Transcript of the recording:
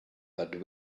but